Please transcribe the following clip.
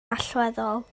allweddol